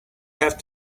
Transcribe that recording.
have